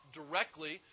directly